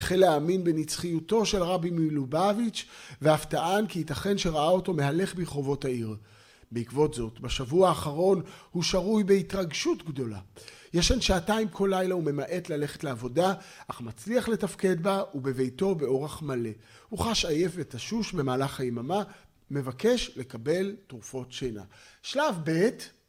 התחיל להאמין בנצחיותו של רבי מילובביץ' והפתעה כי ייתכן שראה אותו מהלך ברחובות העיר. בעקבות זאת, בשבוע האחרון הוא שרוי בהתרגשות גדולה. ישן שעתיים כל לילה וממעט ללכת לעבודה, אך מצליח לתפקד בה ובביתו באורח מלא. הוא חש עייף ותשוש במהלך היממה, מבקש לקבל תרופות שינה. שלב ב'